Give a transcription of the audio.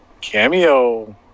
Cameo